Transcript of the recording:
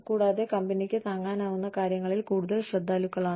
കൂടാതെ കമ്പനിക്ക് താങ്ങാനാവുന്ന കാര്യങ്ങളിൽ കൂടുതൽ ശ്രദ്ധാലുക്കളാണ്